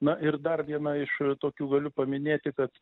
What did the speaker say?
na ir dar viena iš tokių galiu paminėti kad